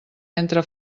entre